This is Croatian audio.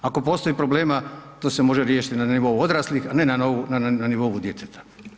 Ako postoji problema, to se može riješiti na nivou odraslih, a ne na nivou djeteta.